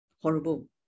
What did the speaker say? horrible